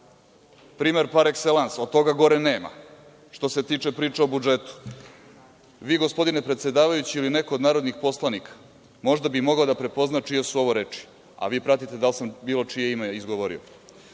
primer par ekselans, od toga goreg nema. Što se tiče priče o budžetu, vi gospodine predsedavajući ili neko od narodnih poslanika možda bi mogao da prepozna čije su ovo reči, a vi pratite da li sam bilo čije ime izgovorio.